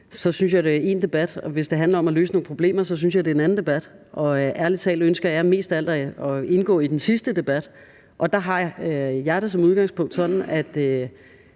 synes jeg, det er én debat. Hvis det handler om at løse nogle problemer, synes jeg, det er en anden debat, og ærlig talt ønsker jeg mest af alt at indgå i den sidste debat. Der har jeg det som udgangspunkt